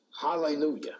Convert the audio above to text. Hallelujah